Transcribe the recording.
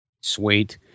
Sweet